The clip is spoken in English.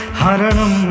haranam